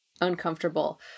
uncomfortable